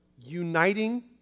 uniting